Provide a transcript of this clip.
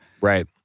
Right